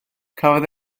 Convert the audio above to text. cafodd